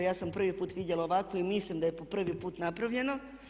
Ja sam prvi puta vidjela ovakvo i mislim da je po prvi put napravljeno.